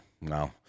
no